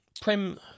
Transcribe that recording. Prem